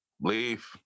leave